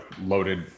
loaded